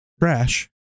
trash